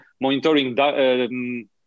monitoring